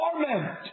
torment